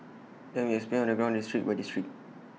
and then we explained IT on district by district